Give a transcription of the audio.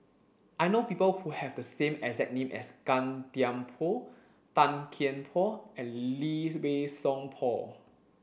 I know people who have the same as name as Gan Thiam Poh Tan Kian Por and Lee Wei Song Paul